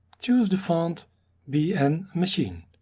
choose the font bn machine.